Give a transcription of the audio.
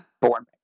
born